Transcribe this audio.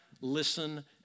listen